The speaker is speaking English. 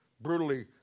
brutally